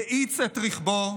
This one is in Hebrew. האיץ את רכבו